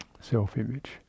self-image